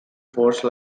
force